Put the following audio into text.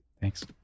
Thanks